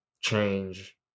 change